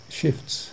shifts